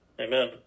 Amen